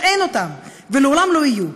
שאין ולעולם לא יהיו,